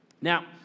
Now